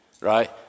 right